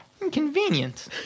inconvenient